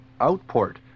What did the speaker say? Outport